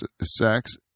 sex